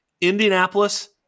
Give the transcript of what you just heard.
Indianapolis